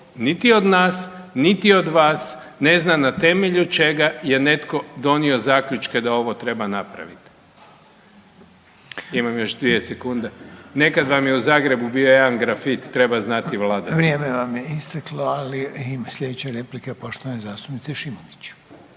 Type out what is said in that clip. niti od nas niti od vas ne zna na temelju čega je netko donio zaključke da ovo treba napraviti. Imam još 2 sekunde. Nekad vam je u Zagrebu bio jedan grafit, „Treba znati vladati.“. **Reiner, Željko (HDZ)** Vrijeme vam je isteklo, ali ima sljedeća replika poštovane zastupnice Šimunić.